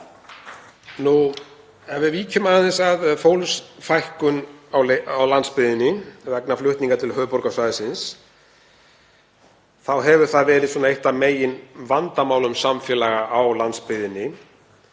Ef við víkjum aðeins að fólksfækkun á landsbyggðinni vegna flutninga til höfuðborgarsvæðisins þá hefur það verið eitt af meginvandamálum samfélaga á landsbyggðinni,